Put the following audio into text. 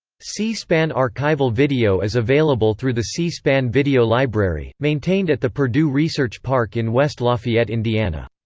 c-span archival video is available through the c-span video library, maintained at the purdue research park in west lafayette, indiana.